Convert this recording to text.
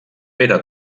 pere